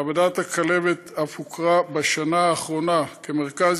מעבדת הכלבת אף הוכרה בשנה האחרונה כמרכז